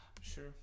Sure